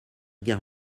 guerre